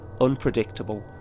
unpredictable